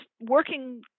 working